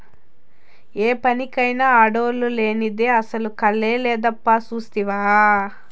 ఏ పనికైనా ఆడోల్లు లేనిదే అసల కళే లేదబ్బా సూస్తివా